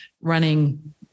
running